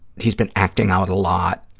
he's been acting out a lot,